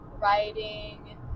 writing